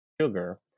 sugar